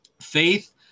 faith